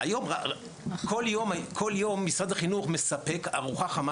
כל יום משרד החינוך מספק ארוחה חמה,